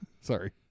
Sorry